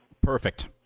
Perfect